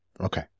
Okay